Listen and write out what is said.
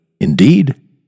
Indeed